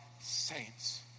saints